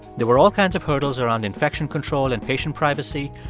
there were all kinds of hurdles around infection control and patient privacy.